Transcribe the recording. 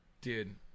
Dude